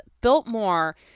Biltmore